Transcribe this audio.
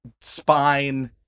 spine